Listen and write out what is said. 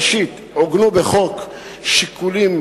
ראשית, עוגנו בחוק שיקולים